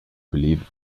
beleven